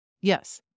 Yes